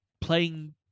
playing